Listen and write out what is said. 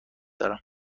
دارم